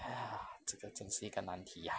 !hais! 这个真是一个难题 ah